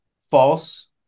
false